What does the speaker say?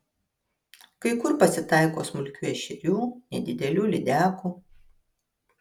kai kur pasitaiko smulkių ešerių nedidelių lydekų